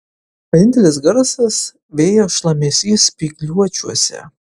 vienintelis garsas vėjo šlamesys spygliuočiuose